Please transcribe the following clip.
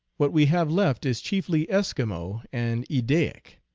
what we have left is chiefly eskimo and eddaic,